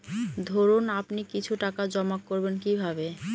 ধরুন আপনি কিছু টাকা জমা করবেন কিভাবে?